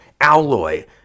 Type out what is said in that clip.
alloy